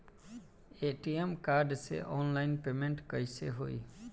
ATM card से online payment कैसे होई?